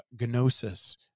gnosis